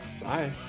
Bye